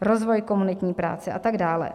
Rozvoj komunitní práce a tak dále.